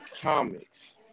Comics